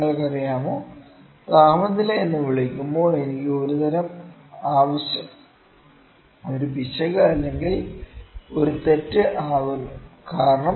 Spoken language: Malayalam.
നിങ്ങൾക്കറിയാമോ താപനില എന്ന് വിളിക്കുമ്പോൾ എനിക്ക് ഒരുതരം ആവശ്യം ഒരു പിശക് അല്ലെങ്കിൽ ഒരു തെറ്റ് ആകുന്നു കാരണം